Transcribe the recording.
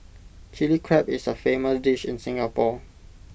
Chilli Crab is A famous dish in Singapore